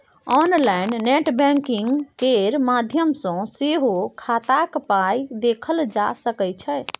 online net banking केर माध्यम सँ सेहो खाताक पाइ देखल जा सकै छै